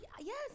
Yes